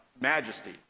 majesty